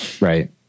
right